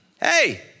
hey